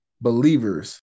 believers